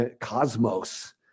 cosmos